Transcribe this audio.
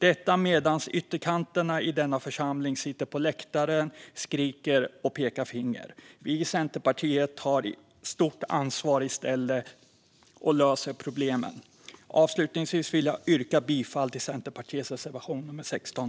Detta medan ytterkanterna i denna församling sitter på läktaren, skriker och pekar finger. Vi i Centerpartiet tar stort ansvar i stället och löser problemen. Avslutningsvis vill jag yrka bifall till Centerpartiets reservation nummer 16.